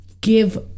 give